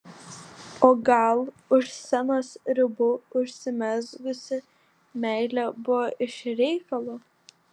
o gal už scenos ribų užsimezgusi meilė buvo iš reikalo